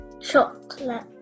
chocolate